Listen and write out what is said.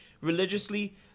religiously